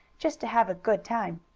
just to have a good time.